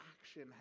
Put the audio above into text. action